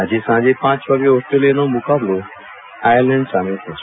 આજે સાંજે પાંચ વાગ્યે ઓસ્ટ્રેલિયાનો મુકાબલો આયર્લેન્ડ સામે થશે